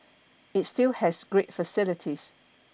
it still has great facilities